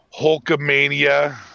Hulkamania